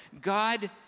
God